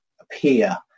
appear